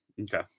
Okay